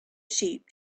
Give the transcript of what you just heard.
sheep